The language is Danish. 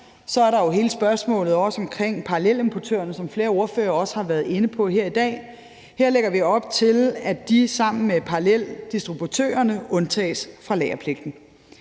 Så er der jo også hele spørgsmålet om parallelimportørerne, som flere ordførere også har været inde på her i dag. Her lægger vi op til, at de sammen med paralleldistributørerne undtages fra lagerpligten.